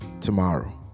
tomorrow